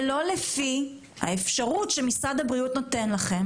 ולא לפי האפשרות שמשרד הבריאות נותן לכם,